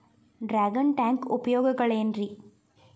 Dragon tank ಉಪಯೋಗಗಳೆನ್ರಿ?